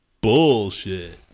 Bullshit